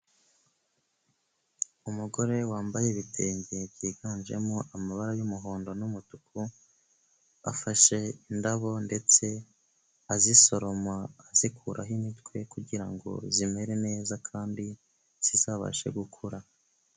Umugore wambaye ibitenge byiganjemo amabara y'umuhondo n'umutuku, afashe indabo ndetse azisoroma, azikuraho imitwe kugira ngo zimere neza kandi zizabashe gukura.